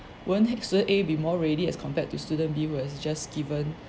won't he student A be more ready as compared to student B who has just given